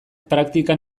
praktikan